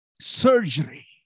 Surgery